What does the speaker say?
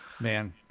Man